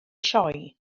sioe